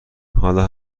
حالا